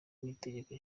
n’itegeko